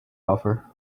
offer